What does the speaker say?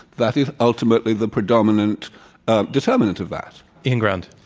that is ultimately the predominant determinant of that ian ground.